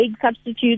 substitute